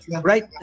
right